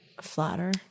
Flatter